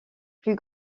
plus